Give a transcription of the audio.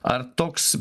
ar toks